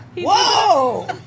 Whoa